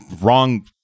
Wrong